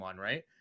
right